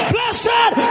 Blessed